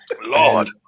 Lord